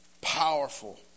powerful